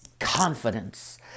Confidence